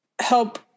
help